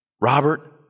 Robert